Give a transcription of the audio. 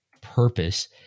purpose